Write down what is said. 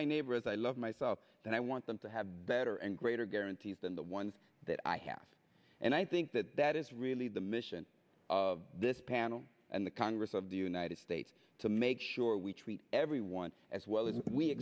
my neighbor as i love myself then i want them to have better and greater guarantees than the ones that i have and i think that that is really the mission of this panel and the congress of the united states to make sure we treat everyone as well as we